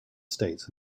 states